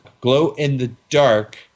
glow-in-the-dark